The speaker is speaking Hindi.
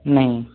नहीं